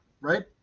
right